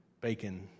bacon